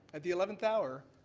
at the eleventh hour,